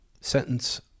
sentence